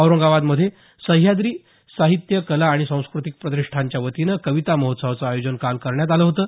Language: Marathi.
औरंगाबादमध्ये सह्याद्री साहित्य कला आणि सांस्कृतिक प्रतिष्ठानच्यावतीनं कविता महोत्सवाचं आयोजन केलं होतं